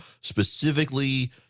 specifically